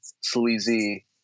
sleazy